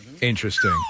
interesting